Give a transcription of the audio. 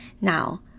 Now